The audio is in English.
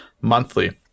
monthly